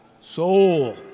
soul